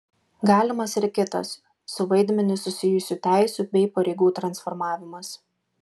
galimas ir kitas su vaidmeniu susijusių teisių bei pareigų transformavimas